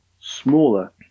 smaller